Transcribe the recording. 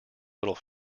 little